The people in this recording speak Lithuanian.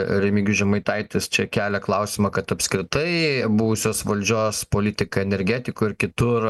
remigijus žemaitaitis čia kelia klausimą kad apskritai buvusios valdžios politika energetikoj ir kitur